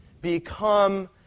become